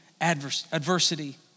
adversity